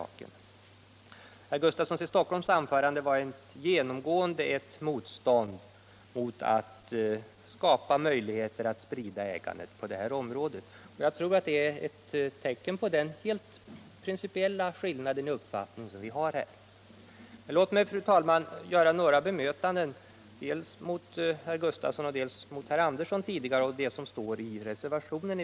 Herr Gustafssons i Stockholm anförande innebar genomgående ett motstånd mot att skapa möjligheter att sprida ägandet på detta område. Jag tror att det är ett tecken på den helt principiella skillnad i uppfattning som vi har. Låt mig ändå, fru talman, i några konkreta delar bemöta vad herr Gustafsson i Stockholm liksom tidigare herr Andersson i Södertälje sagt och vad som står i reservationen.